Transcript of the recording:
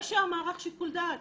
יש שם מערך שיקול דעת.